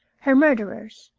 her murderers,